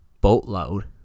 boatload